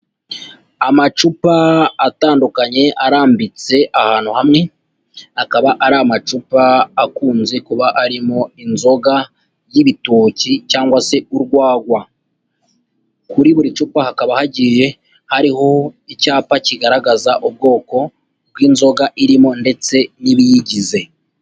Amacupa atandukanye arambitse ahantu hamwe, akaba ari amacupa akunze kuba arimo inzoga y'ibitoki cyangwa se urwagwa, kuri buri cupa hakaba hagiye hariho icyapa kigaragaza ubwoko bw'inzoga irimo ndetse n'ibiyigize.